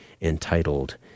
entitled